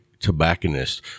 tobacconist